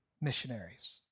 missionaries